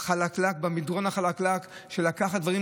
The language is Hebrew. חלקלקה במדרון החלקלק של לקחת דברים,